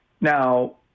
Now